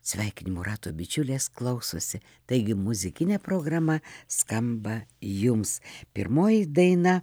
sveikinimų rato bičiulės klausosi taigi muzikinė programa skamba jums pirmoji daina